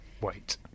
wait